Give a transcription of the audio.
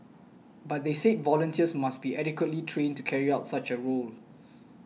but they said volunteers must be adequately trained to carry out such a role